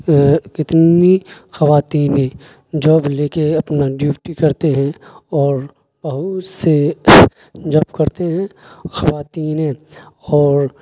کتنی خواتینیں جاب لے کے اپنا ڈیوٹی کرتے ہیں اور بہت سے جاب کرتے ہیں خواتینیں اور